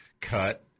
cut